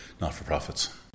not-for-profits